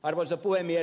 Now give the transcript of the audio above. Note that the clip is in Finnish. arvoisa puhemies